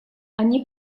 они